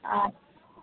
अच्छा